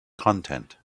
content